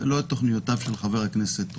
לא את תוכניותיו של חבר הכנסת רוטמן.